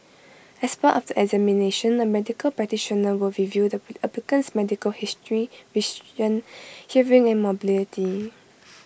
as part of the examination A medical practitioner will review the applicant's medical history vision hearing and mobility